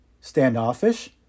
standoffish